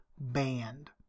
band